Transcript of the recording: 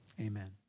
amen